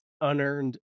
unearned